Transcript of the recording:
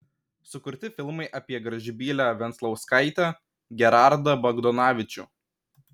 sukurti filmai apie gražbylę venclauskaitę gerardą bagdonavičių